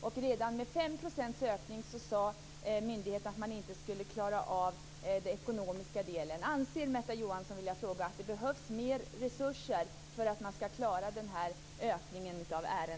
Redan med en ökning med 5 % sade myndigheten att man inte skulle klara av den ekonomiska delen.